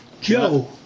Joe